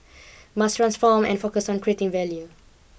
must transform and focus on creating value